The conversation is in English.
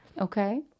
Okay